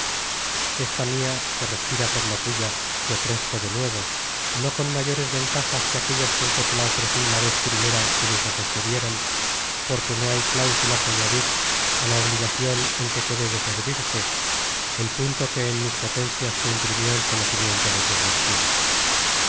esta mia que respira por la tuya te ofrezco de nuevo no con mayores ventajas que aquellas con que te la ofrecí la vez primera que mis ojos te vieron porque no hay cláusula que añadir á la obligacion en que quedé de servirte el punto que en mis potencias se imprimió el conocimiento de tus virtudes